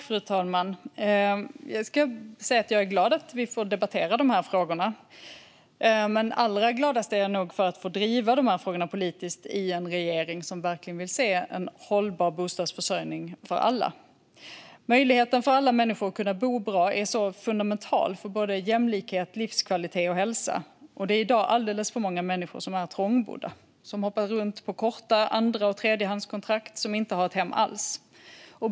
Fru talman! Jag är glad att vi får debattera frågorna, men allra gladast är jag nog för att få driva frågorna politiskt i en regering som verkligen vill se en hållbar bostadsförsörjning för alla. Möjligheten för alla människor att bo bra är så fundamental för jämlikhet, livskvalitet och hälsa, men i dag är alldeles för många människor trångbodda. De hoppar runt på korta andra och tredjehandskontrakt och har inte ett hem alls.